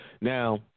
Now